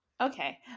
okay